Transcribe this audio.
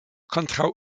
kontraŭ